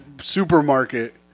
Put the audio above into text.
supermarket